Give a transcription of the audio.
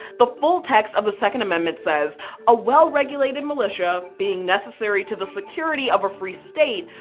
the full text of the second amendment says a well regulated militia, being necessary to the security of a free state,